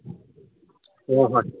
ꯍꯣꯏ ꯍꯣꯏ